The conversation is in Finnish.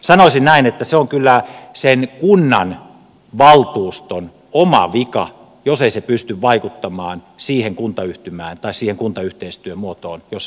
sanoisin näin että se on kyllä sen kunnanvaltuuston oma vika jos ei se pysty vaikuttamaan siihen kuntayhtymään tai siihen kuntayhteistyömuotoon jossa se mukana on